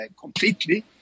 completely